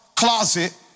closet